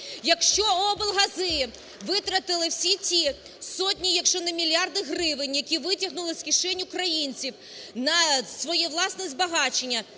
Якщо облгази витратили всі ті сотні, якщо не мільярди гривень, які витягнули з кишень українців на своє власне збагачення,